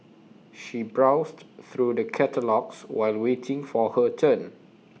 she browsed through the catalogues while waiting for her turn